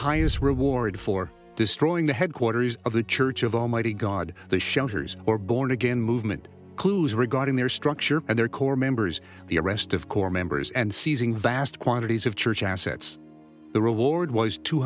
highest reward for destroying the headquarters of the church of almighty god the shelters or born again movement clues regarding their structure and their core members the arrest of core members and seizing vast quantities of church assets the reward was two